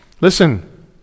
Listen